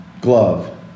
Glove